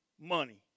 money